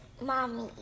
Mommy